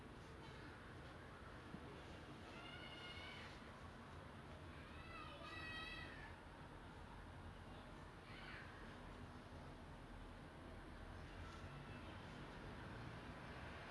ya but you see in europe you at one A_M you wake up also you walk around and hear people blasting music but singapore they implement this because they know that singaporean people அவங்க நெறைய வேல செய்றாங்க அவங்களுக்கு:avanga neraya vela seiraanga avangalukku